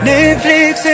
Netflix